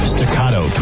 Staccato